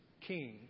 king